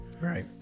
Right